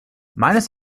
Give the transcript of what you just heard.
meines